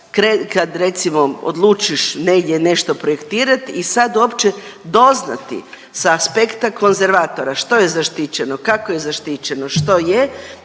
kad recimo odlučiš negdje nešto projektirat i sad uopće doznati sa aspekta konzervatora što je zaštićeno, kako je zaštićeno što je